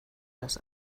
das